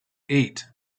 eight